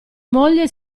moglie